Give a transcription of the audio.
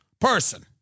person